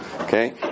Okay